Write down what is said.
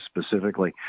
specifically